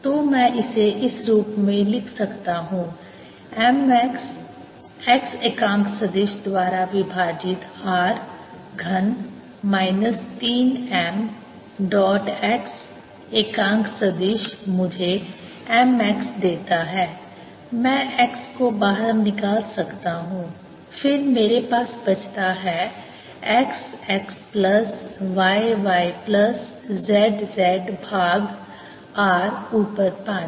तो मैं इसे इस रूप में लिख सकता हूं mx x एकांक सदिश द्वारा विभाजित r घन माइनस 3 m डॉट x एकांक सदिश मुझे m x देता है मैं x को बाहर निकाल सकता हूं फिर मेरे पास बचता है x x plus y y plus z z भाग r ऊपर 5